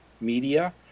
Media